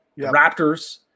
Raptors